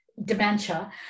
Dementia